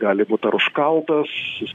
gali būti ar užkaltas